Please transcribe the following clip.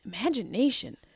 imagination